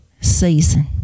season